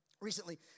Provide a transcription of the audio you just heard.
recently